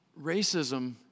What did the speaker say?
racism